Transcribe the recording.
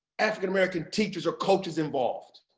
african-american teachers or coaches involved?